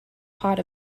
pot